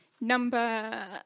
Number